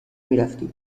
میرفتی